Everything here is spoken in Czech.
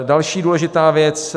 Další důležitá věc.